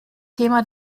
thema